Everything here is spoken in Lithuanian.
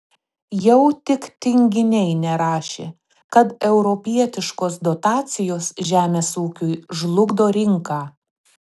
jau tik tinginiai nerašė kad europietiškos dotacijos žemės ūkiui žlugdo rinką